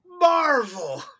Marvel